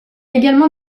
également